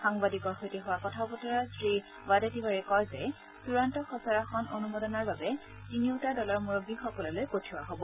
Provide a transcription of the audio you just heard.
সাংবাদিকৰ সৈতে হোৱা কথা বতৰাত শ্ৰীৱাডেতিৱাৰে কয় যে চূড়ান্ত খচৰাখন অনুমোদনৰ বাবে তিনিওটা দলৰ মুৰববীসকললৈ পঠিওৱা হ'ব